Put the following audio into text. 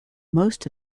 most